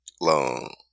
long